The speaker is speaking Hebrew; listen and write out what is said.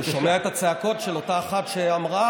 אני שומע את הצעקות של אותה אחת שאמרה